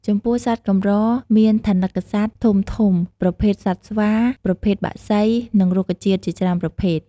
ចំពោះសត្វកម្រមានថនិកសត្វធំៗ ប្រភេទសត្វស្វា ប្រភេទបក្សី និងរុក្ខជាតិជាច្រើនប្រភេទ។